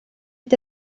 est